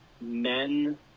men